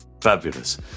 Fabulous